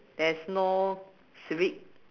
there's no civic